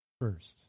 first